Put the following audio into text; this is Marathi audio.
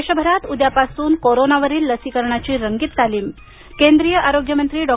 देशभरात उद्यापासून कोरोनावरील लसीकरणाची रंगीत तालीम केंद्रीय आरोग्य मंत्री डॉ